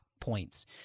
points